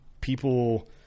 people